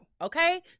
Okay